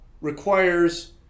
requires